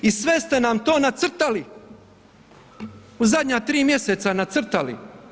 I sve ste nam to nacrtali u zadnja tri mjeseca nacrtali.